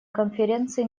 конференции